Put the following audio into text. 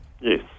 Yes